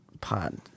pod